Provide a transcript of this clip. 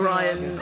Ryan